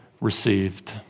received